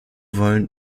wollen